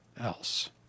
else